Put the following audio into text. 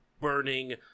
burning